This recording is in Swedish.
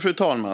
Fru talman!